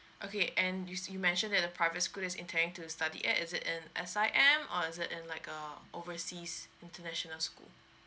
okay and you you mentioned that the private school that is intending to study at is it in S_I_M or is it in like a overseas international school